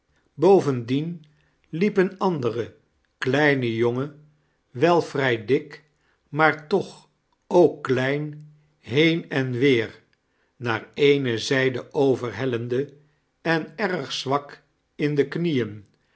bovendien liep een andere kleine jongen wel vrjg dik msmar tojch ook klein been en weer naar ene zgde overhellende en erg zwak in de knieen